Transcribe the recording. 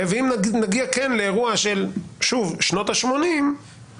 ואם נגיע כן לאירוע של שנות ה-80,